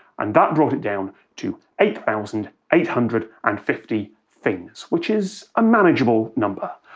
and that brought it down to eight thousand eight hundred and fifty things. which is a managable number.